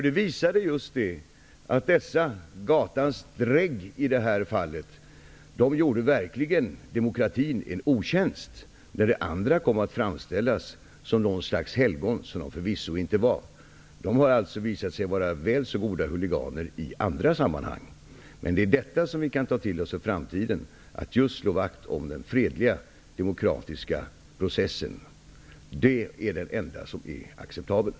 Det visar just att dessa, i detta fall, gatans drägg gjorde verkligen demokratin en otjänst. De andra kom att framställas som något slags helgon, som de förvisso inte var. De har visat sig vara väl så goda huliganer i andra sammanhang. Men vi skall ta till oss för framtiden just att slå vakt om den fredliga, demokratiska processen. Det är det enda som är acceptabelt.